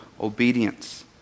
obedience